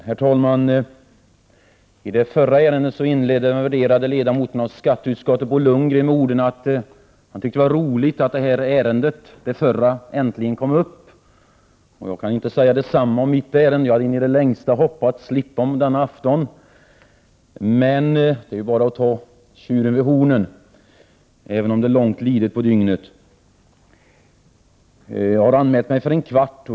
Herr talman! I det föregående ärendet inledde den värderade ledamoten av skatteutskottet Bo Lundgren med orden att han tyckte att ärendet äntligen kom upp i behandling. Jag kan inte säga detsamma om ”mitt” ärende — jag hade in i det längsta hoppats slippa denna afton. Det är bara att ta tjuren vid hornen, även om det är långt lidet på dygnet. Jag hade anmält en taletid på en kvart.